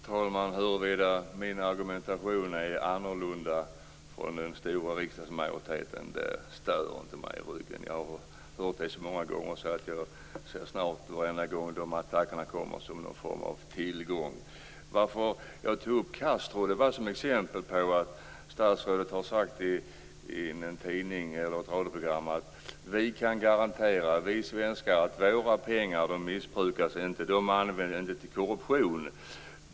Fru talman! Det rör mig inte i ryggen om min argumentation är annorlunda än den stora riksdagsmajoritetens. Jag har hört det så många gånger. Jag ser snart de attackerna som någon form av tillgång. Jag tog upp Castro som ett exempel. Statsrådet har sagt till en tidning eller i ett radioprogram att vi svenskar kan garantera att våra pengar inte missbrukas och att de inte används till korruption.